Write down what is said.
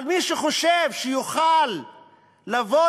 אבל מי שחושב שיוכל לבוא,